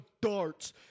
darts